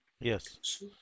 Yes